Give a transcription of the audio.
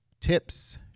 tips